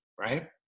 Right